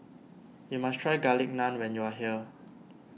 you must try Garlic Naan when you are here